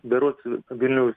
berods vilniaus